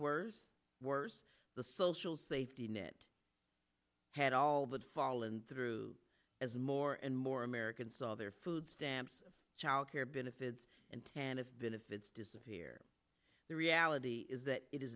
worse worse the social safety net had all but fallen through as more and more americans saw their food stamps childcare benefits and ten it's been if it's disappear the reality is that it is